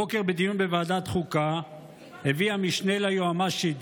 הבוקר בדיון בוועדת חוקה הביא המשנה ליועמ"שית